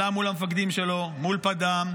עלה מול המפקדים שלו, מול פד"ם,